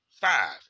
Five